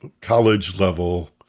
college-level